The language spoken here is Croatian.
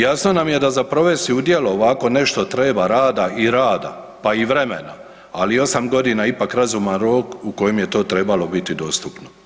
Jasno nam je da za provesti u djelo ovako nešto treba rada i rada, pa i vremena, ali 8 godina je ipak razuman rok u kojem je to trebalo biti dostupno.